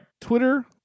Twitter